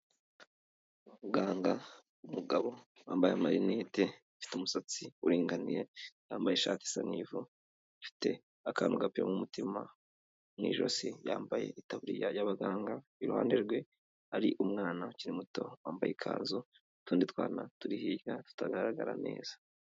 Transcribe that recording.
Muganga w'umugabo wambaye amarinete, ufite umusatsi uringaniye, yambaye ishati isa n'ivu, ufite akantu gapima umutima mu ijosi, yambaye itaburiya y'abaganga, iruhande rwe hari umwana ukiri muto wambaye ikanzu n'utundi twana turi hirya tutagaragara neza.